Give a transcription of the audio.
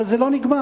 אבל זה לא נגמר.